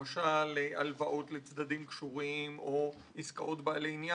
כמו למשל הלוואות לצדדים קשורים או עסקאות בעלי עניין,